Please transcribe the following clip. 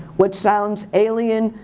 what sounds alien,